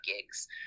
gigs